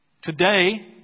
Today